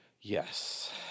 Yes